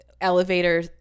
elevator